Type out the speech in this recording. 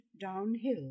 downhill